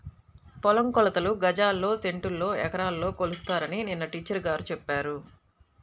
పొలం కొలతలు గజాల్లో, సెంటుల్లో, ఎకరాల్లో కొలుస్తారని నిన్న టీచర్ గారు చెప్పారు